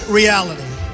reality